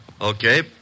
Okay